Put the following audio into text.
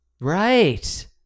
right